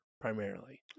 primarily